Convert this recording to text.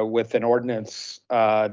ah with an ordinance